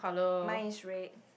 mine is red